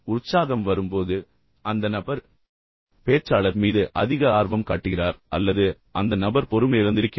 உற்சாகம் வரும்போது அந்த நபர் பேச்சாளர் மீது அதிக ஆர்வம் காட்டுகிறார் அல்லது அந்த நபர் பொறுமையிழந்து இருக்கிறார்